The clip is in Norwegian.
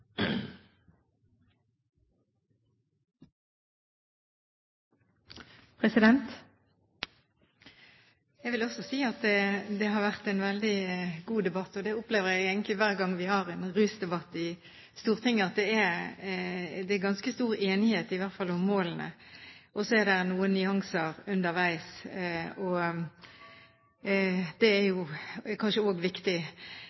Jeg vil også si at det har vært en veldig god debatt. Jeg opplever egentlig hver gang vi har en rusdebatt i Stortinget, at det er ganske stor enighet – i hvert fall om målene. Så er det noen nyanser underveis, og det er jo kanskje også viktig.